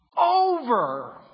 over